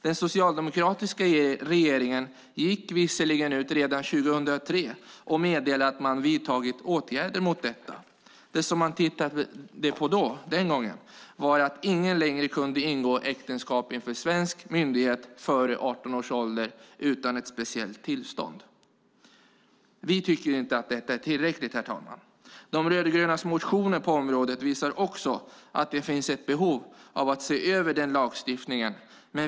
Den socialdemokratiska regeringen gick visserligen ut redan 2003 och meddelande att man vidtagit åtgärder mot detta, men det som man tittade på den gången var att ingen längre skulle kunna ingå äktenskap inför svensk myndighet före 18 års ålder utan ett speciellt tillstånd. Vi tycker inte att detta är tillräckligt, herr talman. De rödgrönas motioner på området visar att det finns ett behov av att se över den lagstiftningen.